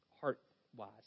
heart-wise